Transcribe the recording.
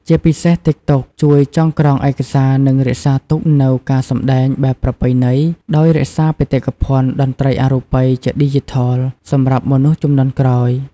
ជាពិសេស តិកតុក ជួយចងក្រងឯកសារ និងរក្សាទុកនូវការសម្តែងបែបប្រពៃណី ដោយរក្សាបេតិកភណ្ឌតន្ត្រីអរូបីជាឌីជីថលសម្រាប់មនុស្សជំនាន់ក្រោយ។